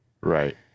Right